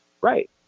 right